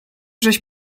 żeś